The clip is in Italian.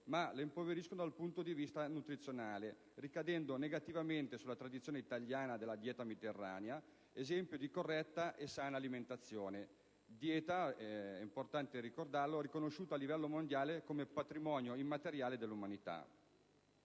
ma impoverite dal punto di vista nutrizionale, ricadendo negativamente sulla tradizione italiana della dieta mediterranea, esempio di corretta e sana alimentazione; dieta riconosciuta a livello mondiale come patrimonio immateriale dell'umanità.